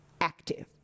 active